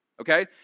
Okay